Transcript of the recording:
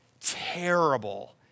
Terrible